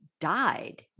died